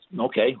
okay